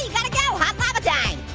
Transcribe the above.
yeah gotta go. hot lava time.